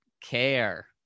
care